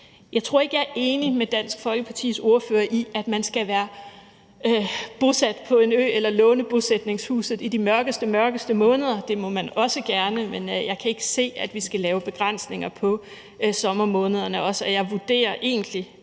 Jeg tror ikke, jeg er enig med Dansk Folkepartis ordfører i, at man skal være bosat på en ø eller låne bosætningshuset i de mørkeste, mørkeste måneder. Det må man også gerne, men jeg kan ikke se, at vi skal lave begrænsninger i forhold til sommermånederne også, og jeg vurderer egentlig,